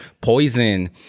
poison